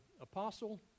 apostle